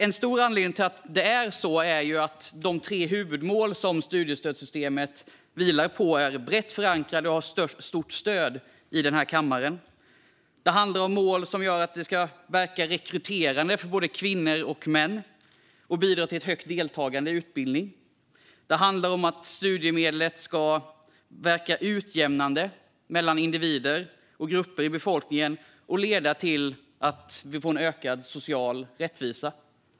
En stor anledning till att det är så är att studiestödssystemets tre huvudmål är brett förankrade och har stort stöd i den här kammaren. Det handlar om mål som att systemet ska verka rekryterande för både kvinnor och män och bidra till ett högt deltagande i utbildning. Det handlar också om att studiemedlen ska verka utjämnande mellan individer och grupper i befolkningen och leda till en ökad social rättvisa.